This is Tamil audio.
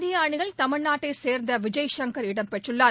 இந்திய அணியில் தமிழ்நாட்டைச் சேர்ந்த விஜய்சங்கர் இடம்பெற்றுள்ளார்